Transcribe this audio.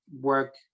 work